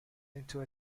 into